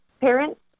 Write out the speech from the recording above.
parents